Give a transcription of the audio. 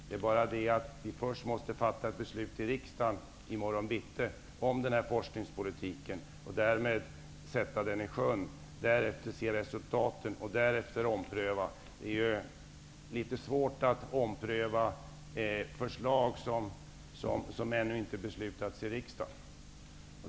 Det är bara det att vi först måste fatta beslut i riksdagen om forskningspolitiken, i morgon bitti, och därmed sätta den i sjön. Därefter kan vi se resultatet och sedan göra en omprövning. Det är svårt att ompröva förslag som man ännu inte har beslutat om i riksdagen.